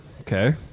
Okay